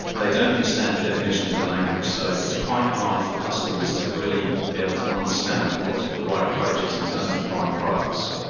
they don't use standard definitions and language, so it's quite hard for customers to really be able to understand what the right approach is in terms of buying products.